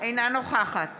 אינה נוכחת